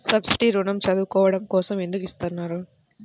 Subsidy ఋణం చదువుకోవడం కోసం ఎందుకు ఇస్తున్నారు?